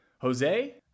Jose